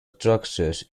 structures